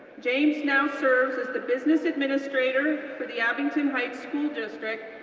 james now serves as the business administrator for the abington heights school district,